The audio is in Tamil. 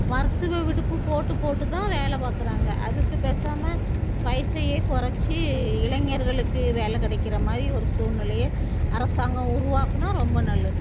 மருத்துவ விடுப்பு போட்டு போட்டு தான் வேலை பார்க்குறாங்க அதுக்கு பேசாமல் வயதையே குறச்சி இளைஞர்களுக்கு வேலை கிடைக்குற மாதிரி ஒரு சூழ்நிலய அரசாங்கம் உருவாக்குனா ரொம்ப நல்லது